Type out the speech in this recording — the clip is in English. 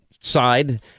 side